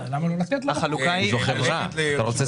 צוהריים טובים,